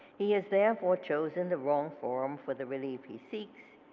he has therefore chosen the wrong forum for the relief he seeks.